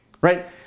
Right